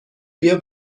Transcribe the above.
بیا